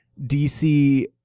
DC